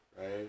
Right